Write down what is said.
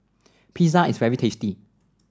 pizza is very tasty